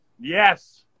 Yes